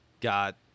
got